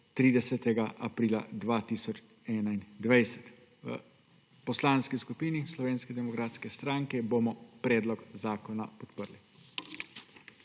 30. aprila 2021. V Poslanski skupini Slovenske demokratske stranke bomo predlog zakona podprli.